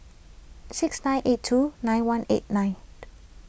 six nine eight two nine one eight nine